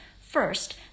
First